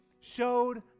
showed